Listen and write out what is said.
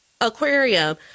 aquarium